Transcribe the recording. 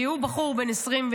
הוא בחור בן 22,